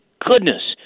goodness